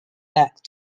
back